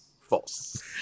False